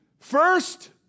First